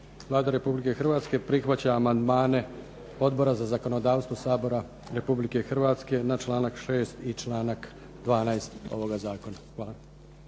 Vlada Republike Hrvatske prihvaća amandmane Odbora za zakonodavstvo Sabora Republike Hrvatske na članak 6. i članak 12. ovoga zakona. Hvala.